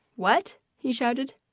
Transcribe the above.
what? he shouted.